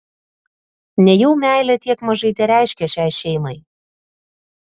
nejau meilė tiek mažai tereiškia šiai šeimai